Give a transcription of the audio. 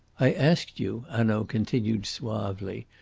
i asked you, hanaud continued suavely,